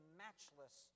matchless